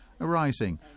arising